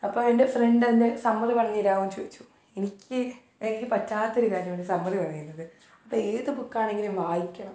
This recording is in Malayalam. അപ്പം എന്റെ ഫ്രെണ്ടെന്റെ സമ്മറി പറഞ്ഞു തരാവോന്ന് ചോദിച്ചു എനിക്ക് എനിക്ക് പറ്റാത്തൊരു കാര്യവാണ് സമ്മറി പറയുന്നത് അപ്പം ഏത് ബുക്കാണെങ്കിലും വായിക്കണം